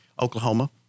Oklahoma